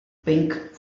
pink